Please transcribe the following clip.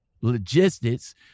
logistics